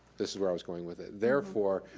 this is where i was going with it, therefore,